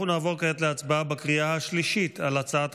אנחנו נעבור כעת להצבעה בקריאה השלישית על הצעת